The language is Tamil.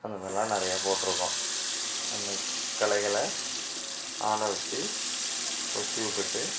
அந்த மாதிரிலாம் நிறைய போட்டிருக்கோம் அந்த களைகளை ஆளை வச்சு கொத்தி விட்டுட்டு